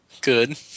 Good